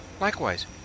Likewise